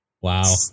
Wow